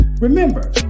Remember